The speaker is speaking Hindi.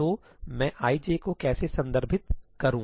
तो मैं i j को कैसे संदर्भित करूं